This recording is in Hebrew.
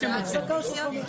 את סעיפים א', ב'